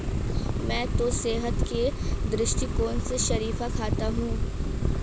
मैं तो सेहत के दृष्टिकोण से शरीफा खाता हूं